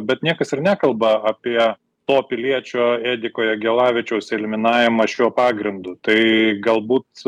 bet niekas ir nekalba apie to piliečio ediko jagelavičiaus eliminavimą šiuo pagrindu tai galbūt